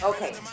Okay